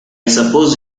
suppose